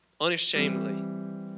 unashamedly